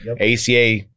ACA